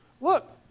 look